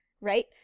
right